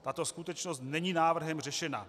Tato skutečnost není návrhem řešena.